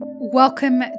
Welcome